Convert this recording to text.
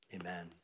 amen